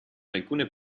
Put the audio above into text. alcune